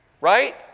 right